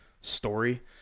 story